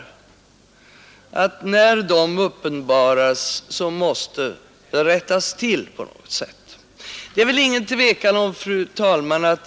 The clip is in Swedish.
När de uppenbaras måste de på något sätt rättas till.